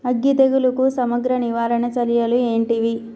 అగ్గి తెగులుకు సమగ్ర నివారణ చర్యలు ఏంటివి?